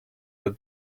der